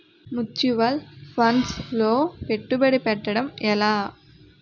Mutual funds లో పెట్టుబడి పెట్టడం ఎలా?